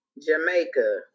Jamaica